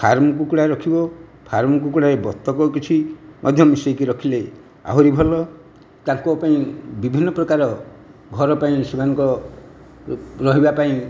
farm କୁକୁଡ଼ା ରଖିବ farm କୁକୁଡ଼ା ରେ ବତକ କିଛି ମଧ୍ୟ ମିସେଇକି ରଖିଲେ ଆହୁରି ଭଲ ତାଙ୍କ ପାଇଁ ବିଭିନ୍ନ ପ୍ରକାର ଘର ପାଇଁ ସେମାନଙ୍କ ରହିବା ପାଇଁ